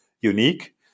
unique